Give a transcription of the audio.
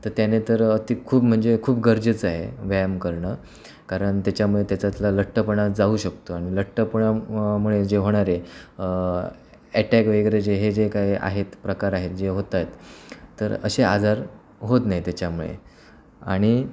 तर त्याने तर ती खूप म्हणजे खूप गरजेचं आहे व्यायाम करणं कारण त्याच्यामुळे त्याच्यातला लठ्ठपणा जाऊ शकतो आणि लठ्ठपणा मुळे जे होणारे अटॅक वगैरे जे हे जे काय आहेत प्रकार आहेत जे होत आहेत तर असे आजार होत नाही त्याच्यामुळे आणि